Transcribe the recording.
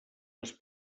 les